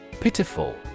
Pitiful